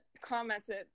Commented